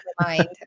mind